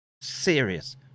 serious